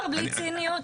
אפשר בלי ציניות?